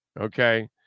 Okay